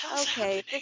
okay